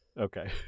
okay